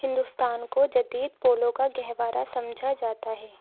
ہندوستان کو جدید پولو کا گہوارہ سمجھا جاتا ہے